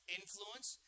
influence